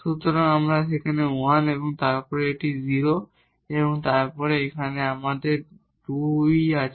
সুতরাং আমাদের সেখানে 1 এবং তারপর এটি 0 এবং তারপর এখানে আমাদের 2 আছে